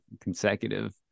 consecutive